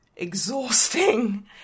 Exhausting